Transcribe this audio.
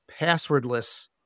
passwordless